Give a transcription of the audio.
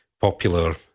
popular